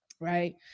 right